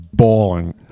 Bawling